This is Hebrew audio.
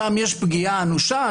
שם יש פגיעה אנושה?